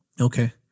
Okay